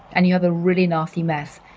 and you have a really nasty mess.